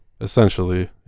essentially